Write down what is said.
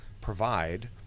provide